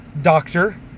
doctor